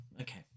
okay